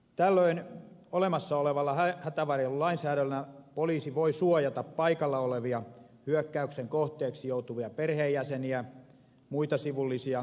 tällöin olemassa olevalla hätävarjelulainsäädännöllä poliisi voi suojata paikalla olevia hyökkäyksen kohteeksi joutuvia perheenjäseniä muita sivullisia partiokaveria tai itseään